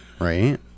right